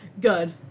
Good